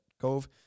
Cove